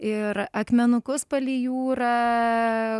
ir akmenukus palei jūrą